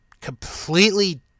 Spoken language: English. completely